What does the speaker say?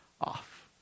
off